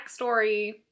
backstory